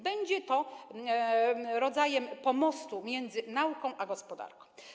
Będzie to rodzaj pomostu między nauką a gospodarką.